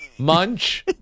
Munch